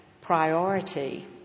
priority